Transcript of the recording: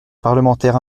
parlementaires